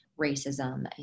racism